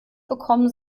bekommen